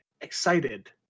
excited